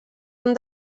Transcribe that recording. han